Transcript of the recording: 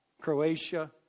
Croatia